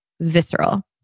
visceral